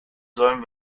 sollen